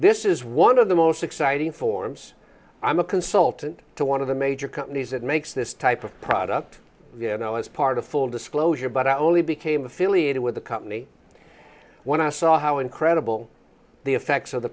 this is one of the most exciting forms i'm a consultant to one of the major companies that makes this type of product you know as part of full disclosure but i only became affiliated with the company when i saw how incredible the effects of the